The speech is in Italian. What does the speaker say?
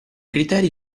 criteri